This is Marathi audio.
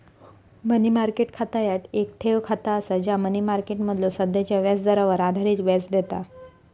मनी मार्केट खाता ह्या येक ठेव खाता असा जा मनी मार्केटमधलो सध्याच्यो व्याजदरावर आधारित व्याज देता